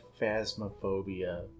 phasmophobia